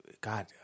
God